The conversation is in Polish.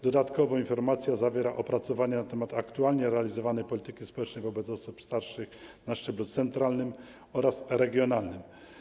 Dodatkowo informacja zawiera opracowanie na temat aktualnie realizowanej polityki społecznej wobec osób starszych na szczeblu centralnym oraz regionalnym.